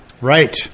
Right